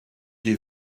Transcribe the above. des